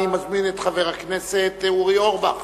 אני מזמין את חבר הכנסת אורי אורבך